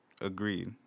Agreed